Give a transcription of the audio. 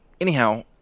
anyhow